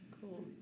Cool